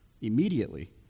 immediately